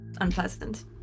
unpleasant